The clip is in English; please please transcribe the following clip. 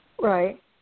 Right